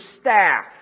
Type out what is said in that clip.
staff